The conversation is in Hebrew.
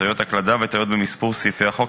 טעויות הקלדה וטעויות במספור סעיפי החוק.